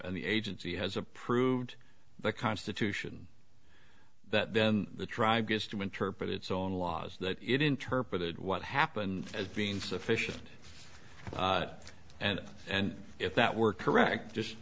the agency has approved the constitution that then the tribe gets to interpret its own laws that it interpreted what happened as being sufficient and and if that were correct just